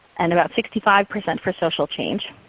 and about sixty five percent for social change.